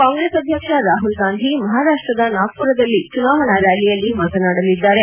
ಕಾಂಗ್ರೆಸ್ ಅಧ್ಯಕ್ಷ ರಾಹುಲ್ ಗಾಂಧಿ ಮಹಾರಾಷ್ಟದ ನಾಗ್ದುರದಲ್ಲಿ ಚುನಾವಣಾ ರ್ಯಾಲಿಯಲ್ಲಿ ಮಾತನಾಡಲಿದ್ದಾರೆ